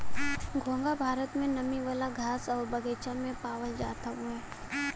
घोंघा भारत में नमी वाला घास आउर बगीचा में पावल जात हउवे